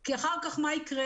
כי אחר כך מה יקרה?